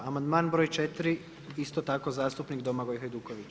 Amandman br. 4., isto tako zastupnik Domagoj Hajduković.